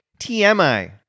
TMI